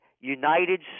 United